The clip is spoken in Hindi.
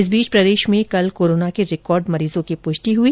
इस बीच प्रदेश में कल कोरोना के रिकॉर्ड मरीजों की पुष्टि हुई